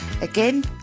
Again